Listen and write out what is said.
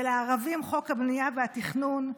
ולערבים חוק הבנייה והתכנון,